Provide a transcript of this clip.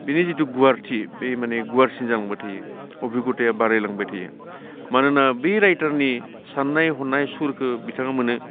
बिनि जिथु गुवारथि बै माने गुवारसिन जालांबाय थायो अबिगथाया बारायलांबाय थायो मानोना बे राइटारनि साननाय हनाय सुरखो बिथाङा मोनो